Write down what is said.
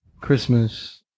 Christmas